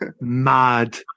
mad